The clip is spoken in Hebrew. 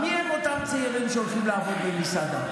מי הם אותם צעירים שהולכים לעבוד במסעדה?